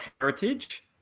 heritage